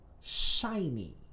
shiny